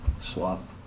swap